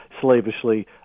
slavishly